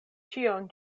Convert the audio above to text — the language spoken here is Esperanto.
ĉion